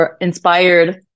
inspired